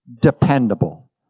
dependable